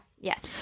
yes